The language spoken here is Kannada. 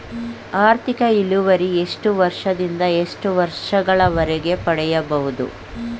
ಆರ್ಥಿಕ ಇಳುವರಿ ಎಷ್ಟು ವರ್ಷ ದಿಂದ ಎಷ್ಟು ವರ್ಷ ಗಳವರೆಗೆ ಪಡೆಯಬಹುದು?